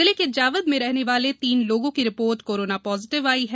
जिले के जावद में रहने वाले तीन लोगों की रिपोर्ट कोरोना पॉजिटिव आई है